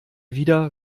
wieder